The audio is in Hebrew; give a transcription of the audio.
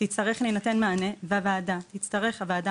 יצטרך להינתן מענה בוועדה מפי הוועדה